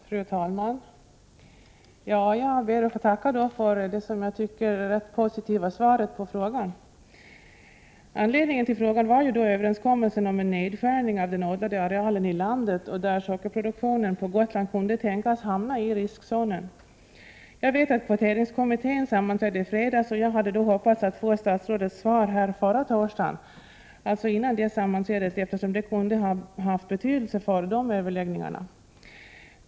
Fru talman! Jag ber att få tacka för det ganska positiva svaret på frågan. Anledningen till frågan är överenskommelsen om en nedskärning av den odlade arealen i landet, där sockerproduktionen på Gotland kunde tänkas hamnai riskzonen. Jag vet att kvoteringskommittén sammanträdde i fredags, och jag hade hoppats att få statsrådets svar förra torsdagen, dvs. före sammanträdet, eftersom det kunde ha haft betydelse för dessa överläggningar.